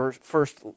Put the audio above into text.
First